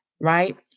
right